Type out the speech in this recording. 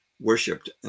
worshipped